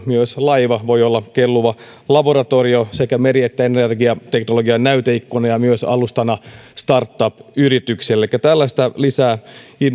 myös laiva voi olla kelluva laboratorio sekä meri että energiateknologian näyteikkuna ja myös alustana startup yrityksille elikkä lisää tällaista